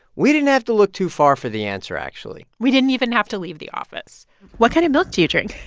we didn't have to look too far for the answer, actually we didn't even have to leave the office what kind of milk do you drink?